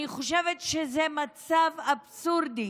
אני חושבת שזה מצב אבסורדי.